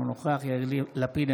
אינו נוכח יאיר לפיד,